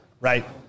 right